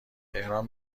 تهران